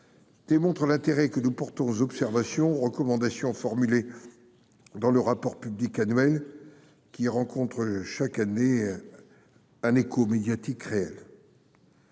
démontre l'intérêt que nous portons aux observations et aux recommandations formulées dans le rapport public annuel, qui rencontre chaque année un écho médiatique réel.